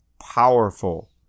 powerful